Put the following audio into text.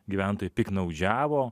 gyventojai piktnaudžiavo